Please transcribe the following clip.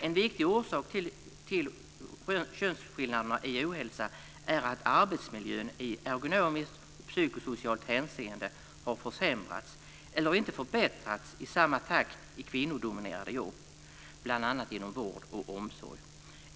En viktig orsak till könsskillnaderna i ohälsa är att arbetsmiljön i ergonomiskt och psykosocialt hänseende har försämrats eller inte förbättrats i samma takt i kvinnodominerade jobb, bl.a. inom vård och omsorg.